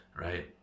right